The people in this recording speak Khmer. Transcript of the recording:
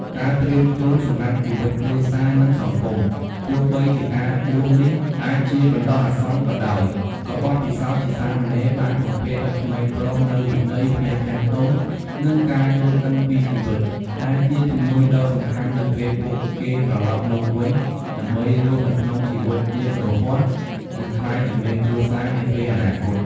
ការត្រៀមខ្លួនសម្រាប់ជីវិតគ្រួសារ និងសង្គម ទោះបីជាការបួសនេះអាចជាបណ្ដោះអាសន្នក៏ដោយ ក៏បទពិសោធន៍ជាសាមណេរបានបំពាក់ឱ្យក្មេងប្រុសនូវវិន័យ ភាពចាស់ទុំ និងការយល់ដឹងពីជីវិត ដែលជាជំនួយដ៏សំខាន់នៅពេលពួកគេត្រឡប់មកវិញដើម្បីរស់នៅក្នុងជីវិតជាគ្រហស្ថ និងក្លាយជាមេគ្រួសារនាពេលអនាគត។